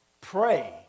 pray